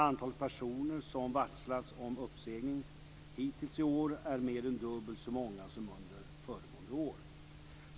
Antalet personer som varslats om uppsägning hittills i år är mer än dubbelt så stort som under föregående år.